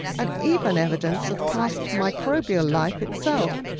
and even evidence of past microbial life itself.